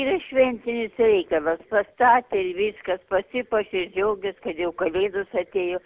yra šventinis reikalas pastatė ir viskas pasipuošė džiaugias kad jau kalėdos atėjo